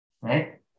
right